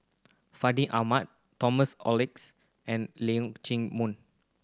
Fandi Ahmad Thomas Oxley and Leong Chee Mun